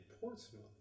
Portsmouth